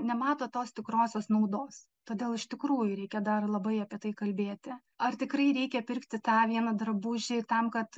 nemato tos tikrosios naudos todėl iš tikrųjų reikia dar labai apie tai kalbėti ar tikrai reikia pirkti tą vieną drabužį tam kad